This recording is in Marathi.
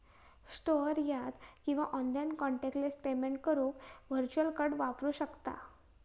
स्टोअर यात किंवा ऑनलाइन कॉन्टॅक्टलेस पेमेंट करुक व्हर्च्युअल कार्ड वापरला जाऊ शकता